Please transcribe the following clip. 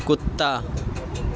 کتا